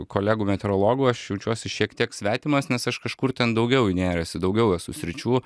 kolegų meteorologų aš jaučiuosi šiek tiek svetimas nes aš kažkur ten daugiau įnėręs į daugiau esu sričių